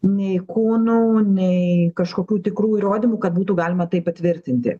nei kūnų nei kažkokių tikrų įrodymų kad būtų galima tai patvirtinti